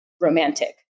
romantic